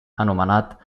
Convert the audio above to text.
anomenat